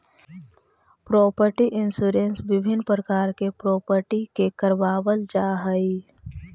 property insurance विभिन्न प्रकार के प्रॉपर्टी के करवावल जाऽ हई